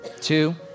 two